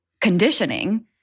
conditioning